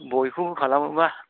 बयखौबो खालामो बा